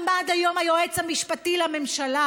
עמדו היום היועץ המשפטי לממשלה,